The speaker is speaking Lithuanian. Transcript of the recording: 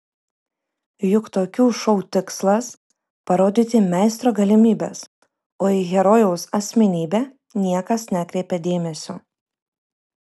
juk tokių šou tikslas parodyti meistro galimybes o į herojaus asmenybę niekas nekreipia dėmesio